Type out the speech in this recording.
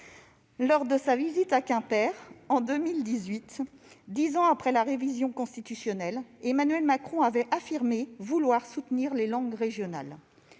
Lors de sa visite à Quimper en 2018, dix ans après la révision constitutionnelle, Emmanuel Macron avait affirmé vouloir soutenir les langues régionales.